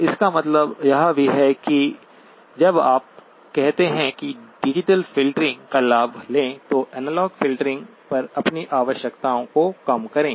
तो इसका मतलब यह भी है कि जब आप कहते हैं कि डिजिटल फ़िल्टरिंग का लाभ लें तो एनालॉग फ़िल्टरिंग पर अपनी आवश्यकताओं को कम करें